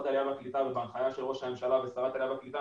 העלייה והקליטה ובהנחיה של ראש הממשלה ושרת העלייה והקליטה,